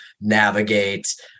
navigate